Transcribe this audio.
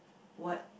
what